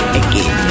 again